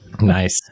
Nice